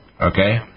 okay